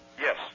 Yes